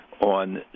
on